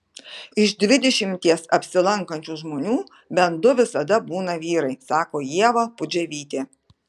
iš dvidešimties apsilankančių žmonių bent du visada būna vyrai sako ieva pudževytė